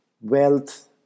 wealth